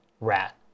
rat